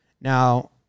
Now